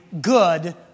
good